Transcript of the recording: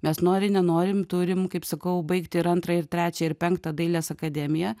mes nori nenorim turim kaip sakau baigti ir antrą ir trečią ir penktą dailės akademiją